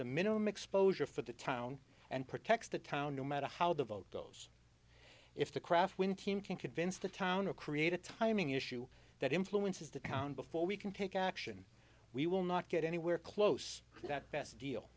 the minimum exposure for the town and protects the town no matter how the vote goes if the kraft win team can convince the town or create a timing issue that influences the town before we can take action we will not get anywhere close to that best deal